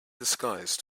disguised